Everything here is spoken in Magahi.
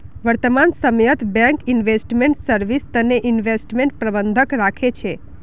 वर्तमान समयत बैंक इन्वेस्टमेंट सर्विस तने इन्वेस्टमेंट प्रबंधक राखे छे